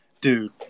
dude